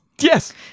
Yes